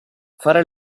fare